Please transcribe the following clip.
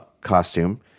costume